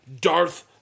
Darth